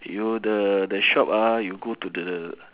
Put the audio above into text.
your the the shop ah you go to the